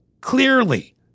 clearly